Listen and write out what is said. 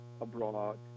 Abroad